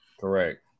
Correct